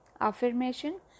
affirmation